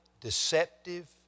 deceptive